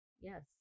Yes